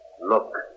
Look